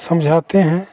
समझाते हैं